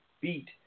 beat